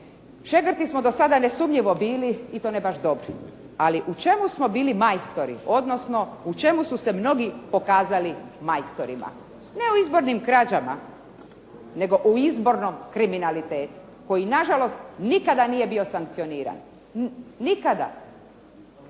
Šegrti smo do sada nesumnjivo bili i to ne baš dobri, ali u čemu smo bili majstori, u čemu su se mnogi pokazali majstorima, ne u izbornim krađama nego u izbornom kriminalitetu, koji na žalost nikada nije bio sankcioniran. I